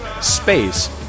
space